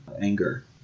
anger